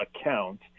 account